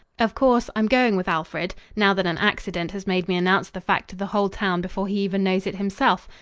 of course, i'm going with alfred, now that an accident has made me announce the fact to the whole town before he even knows it himself,